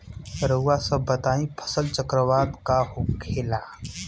रउआ सभ बताई फसल चक्रवात का होखेला?